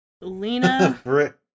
Lena